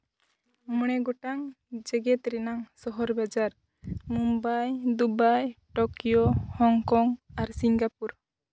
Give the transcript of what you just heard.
ᱢᱚᱬᱮ ᱜᱚᱴᱟᱝ ᱡᱮᱜᱮᱛ ᱨᱮᱱᱟᱝ ᱥᱚᱦᱚᱨ ᱵᱟᱡᱟᱨ ᱢᱩᱢᱵᱟᱭ ᱫᱩᱵᱟᱭ ᱴᱳᱠᱤᱭᱳ ᱦᱚᱝᱠᱚᱝ ᱟᱨ ᱥᱤᱝᱜᱟᱯᱩᱨ